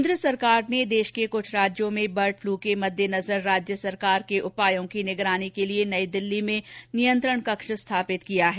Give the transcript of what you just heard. केन्द्र सरकार ने देश के कूछ राज्यों में बर्ड फ्लू के मद्देनजर राज्य सरकार के उपायों की निगरानी के लिए नई दिल्ली में नियंत्रण कक्ष स्थापित किया है